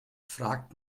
fragt